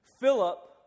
Philip